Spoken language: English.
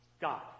god